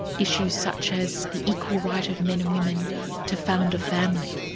issues such as the equal right of men and women to found a family.